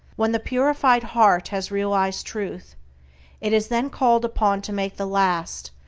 when the purified heart has realized truth it is then called upon to make the last,